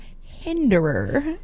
hinderer